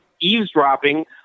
eavesdropping